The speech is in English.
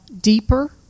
deeper